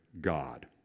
God